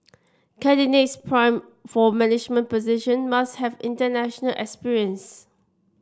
candidates primed for management position must have international experience